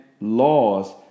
laws